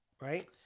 right